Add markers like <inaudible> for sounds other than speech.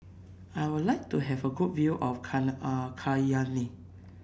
I would like to have a good view of <unintelligible> Cayenne